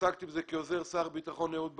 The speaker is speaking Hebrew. עסקתי בזה כעוזר שר הביטחון אהוד ברק,